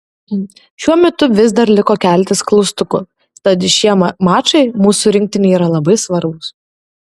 šiuo metu vis dar liko keletas klaustukų tad šie mačai mūsų rinktinei yra labai svarbūs